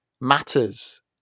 matters